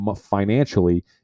financially